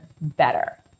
better